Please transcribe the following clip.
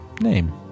name